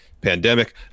pandemic